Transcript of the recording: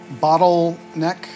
Bottleneck